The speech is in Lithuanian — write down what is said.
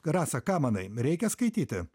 rasa ką manai reikia skaityti